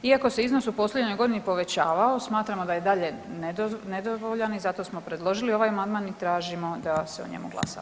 Iako se iznos u posljednjoj godini povećavao smatramo da je i dalje nedovoljan i zato smo predložili ovaj amandman i tražimo da se o njemu glasa.